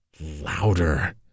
louder